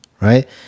right